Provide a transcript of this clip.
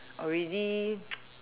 already